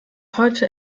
heute